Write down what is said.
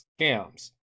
scams